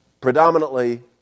predominantly